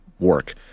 work